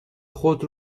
خود